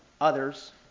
others